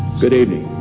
good evening,